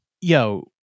yo